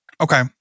Okay